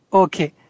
okay